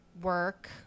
work